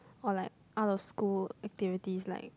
or like out of school activities like